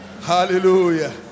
Hallelujah